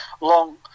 Long